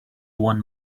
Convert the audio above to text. one